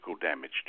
damage